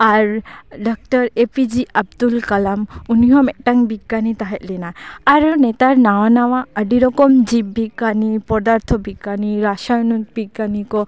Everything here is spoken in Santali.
R doctor A P J Abdul Kalam ᱩᱱᱤ ᱦᱚᱸ ᱢᱤᱫᱴᱟᱝ ᱵᱤᱜᱽᱜᱟᱱᱤ ᱛᱟᱦᱮᱸᱜ ᱞᱮᱱᱟ ᱟᱨᱚ ᱱᱮᱛᱟᱨ ᱱᱟᱣᱟ ᱱᱟᱣᱟ ᱟᱹᱰᱤ ᱨᱚᱠᱚᱢ ᱡᱤᱵᱽ ᱵᱤᱜᱽᱜᱟᱱᱤ ᱯᱚᱫᱟᱨᱛᱷᱚ ᱵᱤᱜᱽᱜᱟᱱᱤ ᱨᱟᱥᱟᱭᱚᱱᱚᱱ ᱵᱤᱜᱽᱜᱟᱱᱤ ᱠᱚ